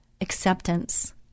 acceptance